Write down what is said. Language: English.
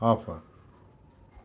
off